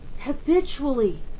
habitually